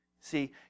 See